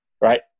right